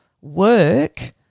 work